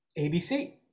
abc